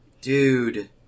Dude